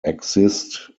exist